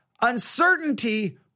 Uncertainty